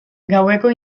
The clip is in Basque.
gaueko